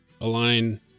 align